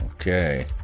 okay